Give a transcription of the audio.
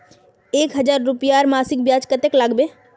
एक हजार रूपयार मासिक ब्याज कतेक लागबे?